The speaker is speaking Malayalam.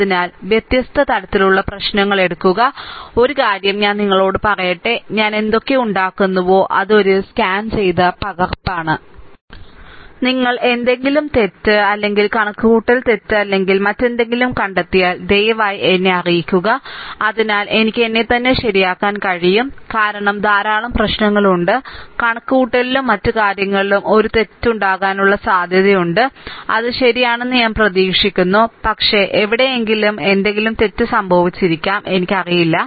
അതിനാൽ വ്യത്യസ്ത തരത്തിലുള്ള പ്രശ്നങ്ങൾ എടുക്കും ഒരു കാര്യം ഞാൻ നിങ്ങളോട് പറയട്ടെ ഞാൻ എന്തൊക്കെ ഉണ്ടാക്കുന്നുവോ അത് ഒരു സ്കാൻ ചെയ്ത പകർപ്പാണ് നിങ്ങൾ എന്തെങ്കിലും തെറ്റ് അല്ലെങ്കിൽ കണക്കുകൂട്ടൽ തെറ്റ് അല്ലെങ്കിൽ മറ്റെന്തെങ്കിലും കണ്ടെത്തിയാൽ ദയവായി എന്നെ അറിയിക്കുക അതിനാൽ എനിക്ക് എന്നെത്തന്നെ ശരിയാക്കാൻ കഴിയും കാരണം ധാരാളം പ്രശ്നങ്ങൾ ഉണ്ട് കണക്കുകൂട്ടലിലും മറ്റ് കാര്യങ്ങളിലും ഒരു തെറ്റ് ഉണ്ടാകാനുള്ള സാധ്യതയുണ്ട് അത് ശരിയാണെന്ന് ഞാൻ പ്രതീക്ഷിക്കുന്നു പക്ഷേ എവിടെയെങ്കിലും എന്തെങ്കിലും തെറ്റ് സംഭവിച്ചിരിക്കാം എനിക്കറിയില്ല